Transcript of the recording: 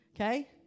Okay